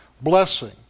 blessing